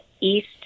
east